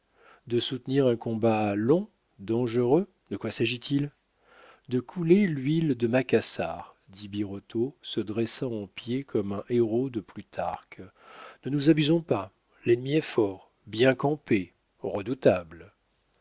de soutenir un combat long dangereux de quoi s'agit-il de couler l'huile de macassar dit birotteau se dressant en pied comme un héros de plutarque ne nous abusons pas l'ennemi est fort bien campé redoutable